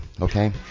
okay